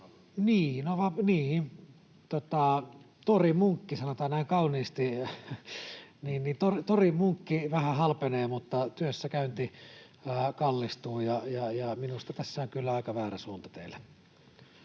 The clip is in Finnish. Niin, sanotaan näin kauniisti: torimunkki vähän halpenee, mutta työssäkäynti kallistuu, ja minusta tässä on kyllä aika väärä suunta teillä.